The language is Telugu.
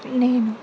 నేను